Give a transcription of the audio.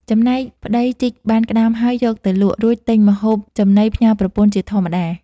ចំណែកប្ដីជីកបានក្ដាមហើយយកទៅលក់ រួចទិញម្ហូបចំណីផ្ញើប្រពន្ធជាធម្មតា។